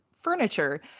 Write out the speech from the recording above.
furniture